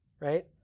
right